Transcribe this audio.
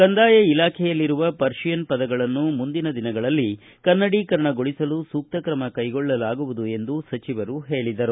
ಕಂದಾಯ ಇಲಾಖೆಯಲ್ಲಿರುವ ಪರ್ಷಿಯನ್ ಪದಗಳನ್ನು ಮುಂದಿನ ದಿನಗಳಲ್ಲಿ ಕನ್ನಡೀಕರಣಗೊಳಿಸಲು ಸೂಕ್ತ ತ್ರಮ ಕ್ಲೆಗೊಳ್ಳಲಾಗುವುದು ಎಂದು ಸಚಿವರು ತಿಳಿಸಿದರು